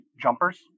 jumpers